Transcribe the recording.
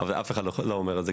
אבל אף אחד לא אומר את זה,